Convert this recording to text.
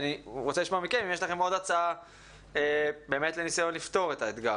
אני רוצה לשמוע מכם אם יש לכם עוד הצעה בניסיון לפתור את האתגר.